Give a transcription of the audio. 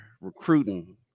recruiting